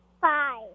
Five